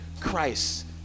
Christ